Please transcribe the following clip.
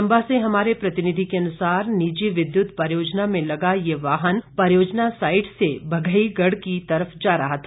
चंबा से हमारे प्रतिनिधि के अनुसार निजी विद्युत परियोजना में लगा ये वाहन परियोजना साईट से बघेईगढ़ की तरफ जा रहा था